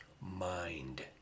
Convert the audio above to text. mind